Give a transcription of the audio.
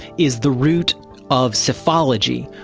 is the root of psephology,